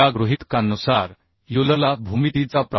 या गृहितकांनुसार युलरला जिओमेट्री geometry